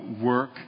work